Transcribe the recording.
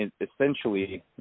essentially